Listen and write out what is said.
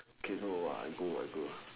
okay no I go I go